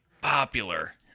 popular